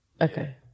Okay